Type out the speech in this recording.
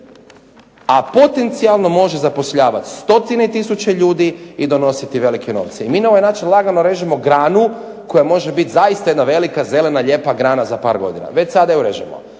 a potencijalno može zapošljavati stotine i tisuće ljudi i donositi velike novce. I mi na ovaj način lagano režemo granu koja može biti zaista jedna velika zelena lijepa grana za par godina. Već sada je režemo.